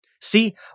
See